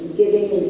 giving